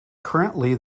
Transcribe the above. currently